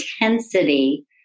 intensity